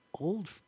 old